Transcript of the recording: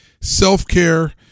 self-care